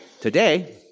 today